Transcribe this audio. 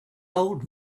old